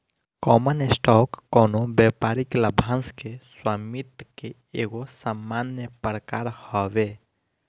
common stock कवनो व्यापारिक लाभांश के स्वामित्व के एगो सामान्य प्रकार हवे